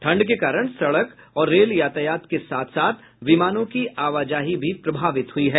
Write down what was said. ठंड के कारण सड़क और रेल यातायात के साथ साथ विमानों की आवाजाही भी प्रभावित हुई है